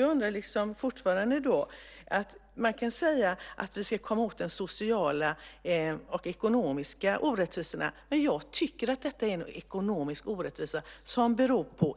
Jag undrar fortfarande över att man kan säga att vi ska komma åt de sociala och ekonomiska orättvisorna. Jag tycker att detta är en ekonomisk orättvisa som beror på